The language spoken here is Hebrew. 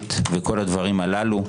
מאפיונרית וכל הדברים הללו,